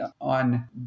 on